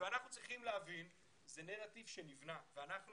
אנחנו צריכים להבין שזה נרטיב שנבנה ואנחנו